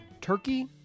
Turkey